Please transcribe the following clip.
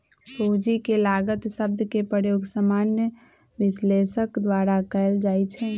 पूंजी के लागत शब्द के प्रयोग सामान्य विश्लेषक द्वारा कएल जाइ छइ